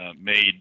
made